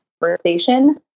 conversation